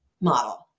model